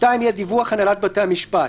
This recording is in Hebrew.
סעיף 2 יהיה דיווח הנהלת בתי המשפט.